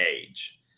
age